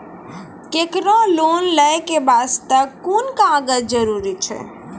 केकरो लोन लै के बास्ते कुन कागज जरूरी छै?